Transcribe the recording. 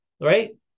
right